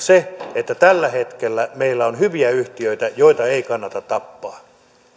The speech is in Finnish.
tällä hetkellä meillä on hyviä yhtiöitä joita ei kannata tappaa